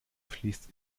fließt